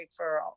referral